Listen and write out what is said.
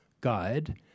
guide